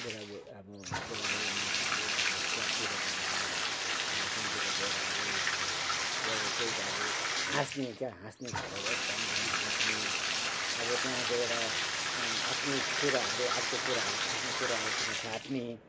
बुढाबु अब बुढा बुढी मान्छेहरू अब क्लबतिर जान्छ अब त्यहाँतिर गएर अब के रे कोही त अब हाँस्ने क्या हाँस्ने खेलहरू एकदम हाँस्ने अब त्यहाँ गएर आफ्नो कुराहरू अर्को कुराहरू आफ्नो कुराहरूसँग साट्ने